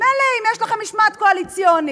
מילא אם יש לכם משמעת קואליציונית,